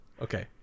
Okay